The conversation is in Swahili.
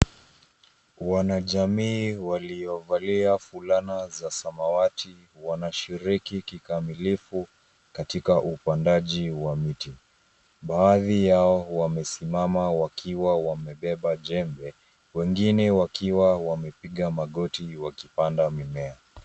Wanajamii waliovalia fulana za samawati wanashiriki kikamilifu katika upandaji wa miti. Baadhi yao wamesimama wakiwa wamebeba jembe, wengine wakiwa wamepiga magoti wakipanda mimea.